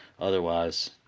Otherwise